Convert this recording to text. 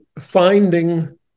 Finding